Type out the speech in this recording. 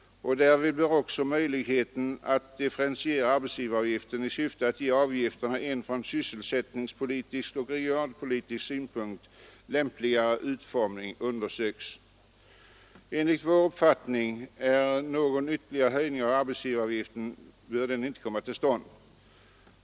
Därvid bör också möjligheterna att differentiera arbetsgivaravgiften i syfte att ge avgifterna en från sysselsättningspolitisk och regionalpolitisk synpunkt lämpligare utformning undersökas. Enligt vår uppfattning bör någon ytterligare höjning av arbetsgivaravgiften inte komma till stånd.